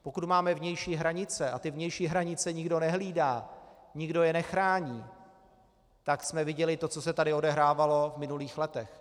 Pokud máme vnější hranice a ty vnější hranice nikdo nehlídá, nikdo je nechrání, tak jsme viděli, co se tady odehrávalo v minulých letech.